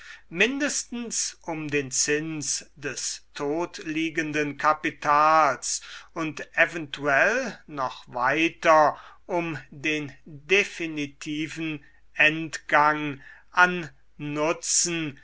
mindestens um den zins des totliegenden kapitals und eventuell noch weiter um den definitiven entgang an nutzen